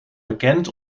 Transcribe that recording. bekent